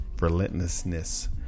relentlessness